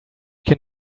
can